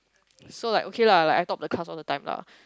so like okay lah I thought the class was on the time lah